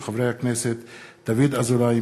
של חברי הכנסת דוד אזולאי,